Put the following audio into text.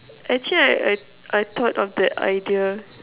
actually I I I thought of the idea